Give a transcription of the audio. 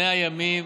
מ-100 ימים